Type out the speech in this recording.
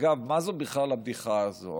אגב, מה זו בכלל הבדיחה הזאת?